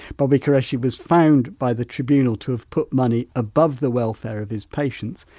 bobby qureshi was found, by the tribunal, to have put money above the welfare of his patients.